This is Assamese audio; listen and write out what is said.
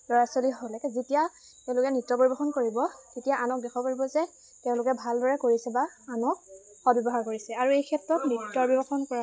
ল'ৰা ছোৱালী সকলোকে যেতিয়া তেওঁলোকে নৃত্য পৰিৱেশন কৰিব তেতিয়া আনক দেখুৱাব পাৰিব যে তেওঁলোকে ভালদৰে কৰিছে বা আনক সব্যৱহাৰ কৰিছে আৰু এই ক্ষেত্ৰত নৃত্য পৰিৱেশন কৰা